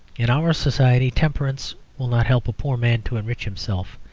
in our society, temperance will not help a poor man to enrich himself,